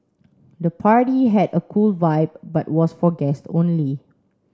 the party had a cool vibe but was for guest only